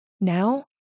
now